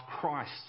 Christ